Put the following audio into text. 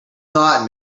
not